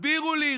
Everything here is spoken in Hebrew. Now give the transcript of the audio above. תסבירו לי,